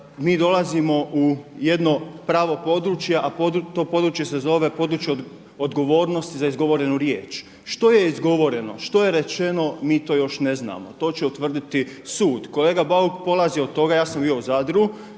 mi dolazimo u jedno pravo područje, a to područje se zove, područje odgovornosti za izgovorenu riječ. Što je izgovoreno, što je rečeno, mi to još ne znamo to će utvrditi sud. Kolega Bauk polazi od toga ja sam bio u Zadru